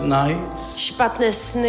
nights